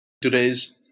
Today's